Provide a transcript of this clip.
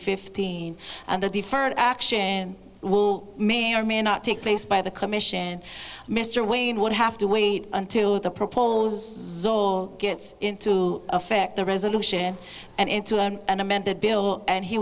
fifteen and the deferred action may or may not take place by the commission mr wayne would have to wait until the propose gets into effect the resolution and into an amended bill and he